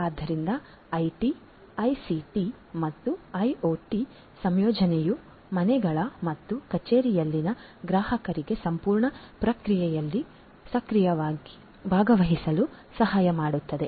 ಆದ್ದರಿಂದ IT ICT ಮತ್ತು ಐಒಟಿಗಳ ಸಂಯೋಜನೆಯು ಮನೆಗಳು ಮತ್ತು ಕಚೇರಿಗಳಲ್ಲಿನ ಗ್ರಾಹಕರಿಗೆ ಸಂಪೂರ್ಣ ಪ್ರಕ್ರಿಯೆಯಲ್ಲಿ ಸಕ್ರಿಯವಾಗಿ ಭಾಗವಹಿಸಲು ಸಹಾಯ ಮಾಡುತ್ತದೆ